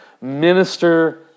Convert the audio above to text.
minister